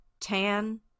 tan